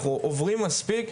אנחנו עוברים מספיק.